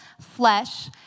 flesh